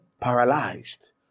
paralyzed